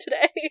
today